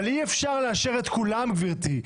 אבל אי אפשר לאשר את כולן, גברתי.